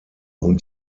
und